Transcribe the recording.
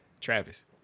Travis